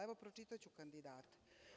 Evo, pročitaću kandidate.